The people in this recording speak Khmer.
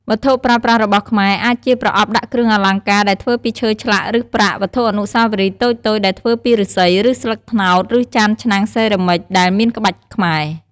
វត្ថុប្រើប្រាស់របស់ខ្មែរ អាចជា ប្រអប់ដាក់គ្រឿងអលង្ការដែលធ្វើពីឈើឆ្លាក់ ឬប្រាក់ វត្ថុអនុស្សាវរីយ៍តូចៗដែលធ្វើពីឫស្សី ឬស្លឹកត្នោត ឬ ចានឆ្នាំងសេរ៉ាមិច ដែលមានក្បាច់ខ្មែរ។